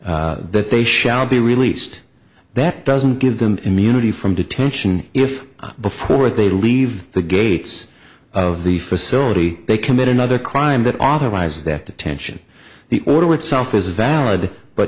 proceeding that they shall be released that doesn't give them immunity from detention if before they leave the gates of the facility they commit another crime that authorizes that detention the order itself is valid but